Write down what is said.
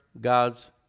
God's